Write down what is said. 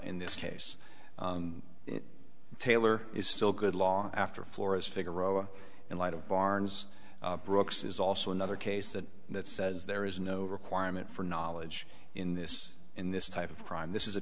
in this case taylor is still good law after flora's figaro in light of barnes brooks is also another case that that says there is no requirement for knowledge in this in this type of crime this is a